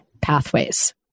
pathways